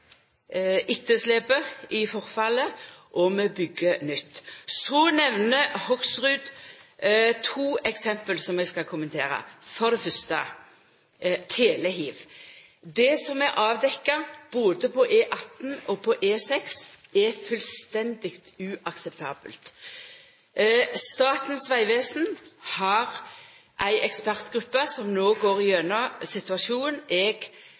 etterslepet i forfallet, og vi byggjer nytt. Så nemner Hoksrud to eksempel som eg skal kommentera. For det fyrste: telehiv. Det som er avdekt både på E18 og på E6, er fullstendig uakseptabelt. Statens vegvesen har ei ekspertgruppe som no går gjennom situasjonen. Eg